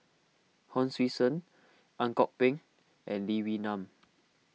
Hon Sui Sen Ang Kok Peng and Lee Wee Nam